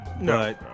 no